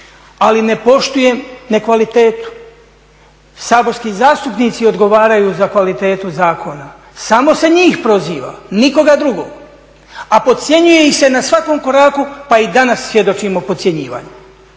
ali ne poštujem nekvalitetu. Saborski zastupnici odgovaraju za kvalitetu zakona, samo se njih proziva, nikoga drugoga, a podcjenjuje ih se na svakom koraku, pa i danas svjedočimo podcjenjivanju.